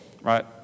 Right